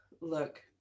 look